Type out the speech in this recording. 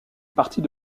partie